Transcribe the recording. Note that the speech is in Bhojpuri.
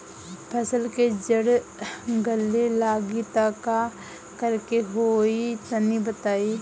फसल के जड़ गले लागि त का करेके होई तनि बताई?